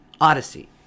Odyssey